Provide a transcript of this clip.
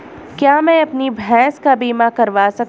क्या मैं अपनी भैंस का बीमा करवा सकता हूँ?